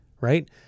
right